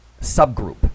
subgroup